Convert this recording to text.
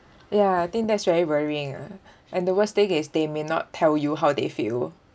ya I think that's very worrying ah and the worst thing is they may not tell you how they feel